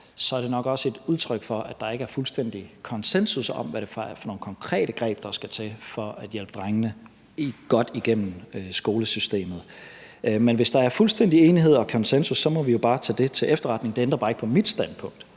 så er det nok også et udtryk for, at der ikke er fuldstændig konsensus om, hvad det er for nogle konkrete greb, der skal til for at hjælpe drengene godt igennem skolesystemet. Men hvis der er fuldstændig enighed og konsensus, må vi jo bare tage det til efterretning. Det ændrer bare ikke på mit standpunkt,